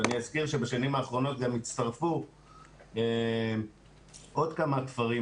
ואני אזכיר שבשנים האחרונות גם הצטרפו עוד כמה כפרים,